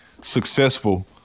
successful